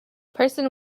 person